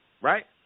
right